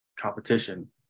competition